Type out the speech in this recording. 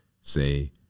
say